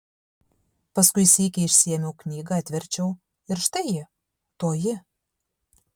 paskui sykį išsiėmiau knygą atverčiau ir štai ji toji